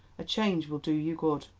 a change will do you good.